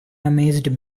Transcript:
amazed